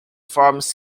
forms